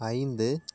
ஐந்து